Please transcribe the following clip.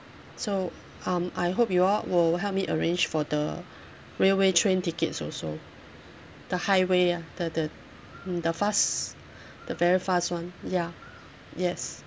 so um I hope you all will help me arrange for the railway train tickets also the highway ah the the mm the fast the very fast one ya yes